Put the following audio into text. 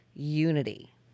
Unity